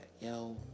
yo